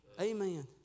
Amen